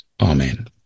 Amen